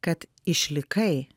kad išlikai